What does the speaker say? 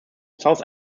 south